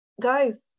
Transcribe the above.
guys